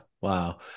wow